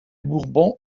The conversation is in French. bourbons